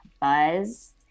buzz